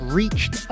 reached